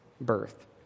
birth